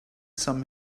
some